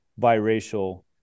biracial